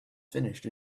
finished